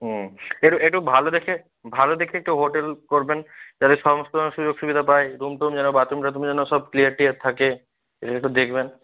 হুম একটু একটু ভালো দেখে ভালো দেখে একটু হোটেল করবেন যাতে সমস্ত রকম সুযোগ সুবিধা পাই রুম টুম যেন বাথরুম টাথরুম যেন সব ক্লিয়ার টিয়ার থাকে এটা একটু দেখবেন